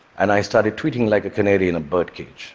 and i started tweeting like a canary in a birdcage